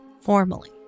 formally